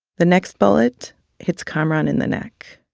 the next bullet hits kamaran in the neck